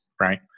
right